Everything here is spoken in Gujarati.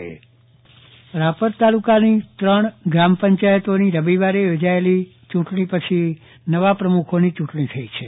ચંદ્રવદન પટ્ટણી પંચાયત સુકાનીઓ રાપર તાલુકાની ત્રણ ગ્રામ પંચાયતોની રવિવારે યોજાયેલી ચૂંટણી પછી નવા પ્રમુખોની ચૂંટણીઓ થઈ છે